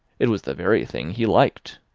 it was the very thing he liked.